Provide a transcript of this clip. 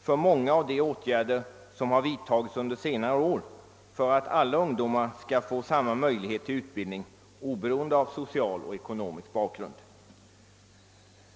för många av de åtgärder som vidtagits under senare år för att ge alla ungdomar möjlighet till utbildning oberoende av social och ekonomisk bakgrund.